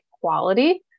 quality